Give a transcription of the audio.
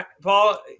Paul